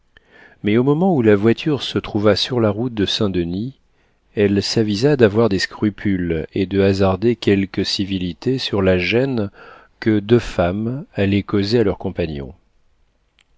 mais au moment où la voiture se trouva sur la route de saint-denis elle s'avisa d'avoir des scrupules et de hasarder quelques civilités sur la gêne que deux femmes allaient causer à leur compagnon